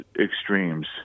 extremes